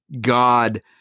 God